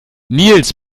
nils